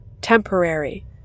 Temporary